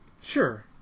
Sure